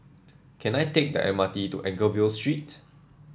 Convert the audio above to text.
can I take the M R T to Anchorvale Street